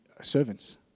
servants